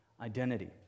identity